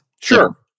Sure